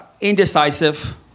Indecisive